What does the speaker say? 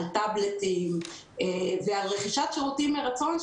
על טבלטים ועל רכישת שירותים מרצון,